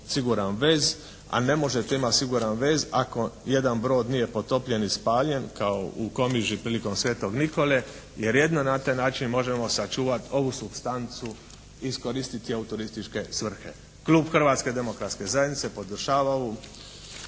siguran vez. A ne možete imati siguran vez ako jedan brod nije potopljen i spaljen kao u Komiži prilikom svetog Nikole, jer jedino na taj način možemo sačuvat ovu supstancu i iskoristiti je u turističke svrhe. Klub Hrvatske demokratske zajednice podržava ovu